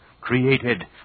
created